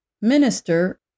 minister